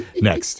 Next